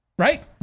Right